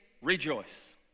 rejoice